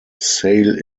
sail